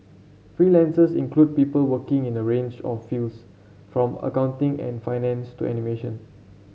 freelancers include people working in a range of fields from accounting and finance to animation